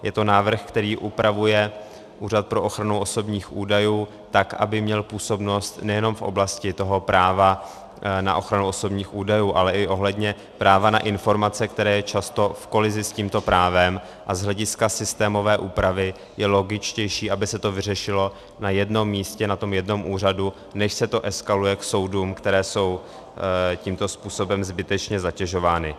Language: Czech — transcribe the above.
Je to návrh, který upravuje Úřad pro ochranu osobních údajů tak, aby měl působnost nejenom v oblasti toho práva na ochranu osobních údajů, ale i ohledně práva na informace, které je často v kolizi s tímto právem, a z hlediska systémové úpravy je logičtější, aby se to vyřešilo na jednom místě na tom jednom úřadu, než se to eskaluje k soudům, které jsou tímto způsobem zbytečně zatěžovány.